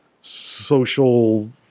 social